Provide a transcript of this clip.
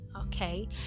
okay